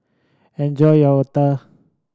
enjoy your otah